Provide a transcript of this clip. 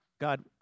God